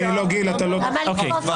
יצחק פינדרוס?